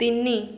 ତିନି